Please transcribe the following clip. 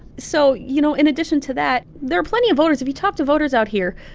so, you know, in addition to that, there are plenty of voters if you talk to voters out here,